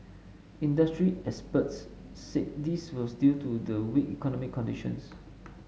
industry experts said this was due to the weak economy conditions